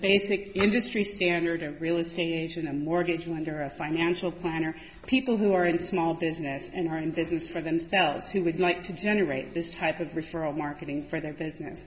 basic industry standard or real estate agent a mortgage lender a financial planner people who are in small business and are in business for themselves who would like to generate this type of restoril marketing for their business